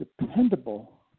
dependable